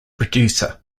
producer